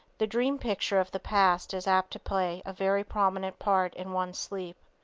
the dream picture of the past is apt to play a very prominent part in one's sleep.